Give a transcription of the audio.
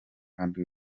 kandi